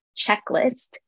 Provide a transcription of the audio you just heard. checklist